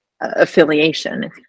affiliation